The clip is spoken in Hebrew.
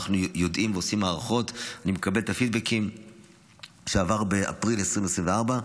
שעבר באפריל 2024,